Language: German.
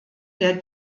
der